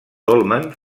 dolmen